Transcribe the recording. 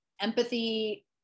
empathy